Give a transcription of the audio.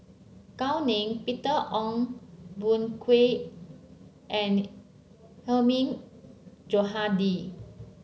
Gao Ning Peter Ong Boon Kwee and the Hilmi Johandi